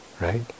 right